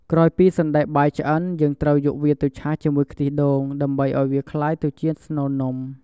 ក្រោយពីសណ្ដែកបាយឆ្អិន យើងត្រូវយកវាទៅឆាជាមួយខ្ទិះដូង ដើម្បីឱ្យវាក្លាយទៅជាស្នូលនំ។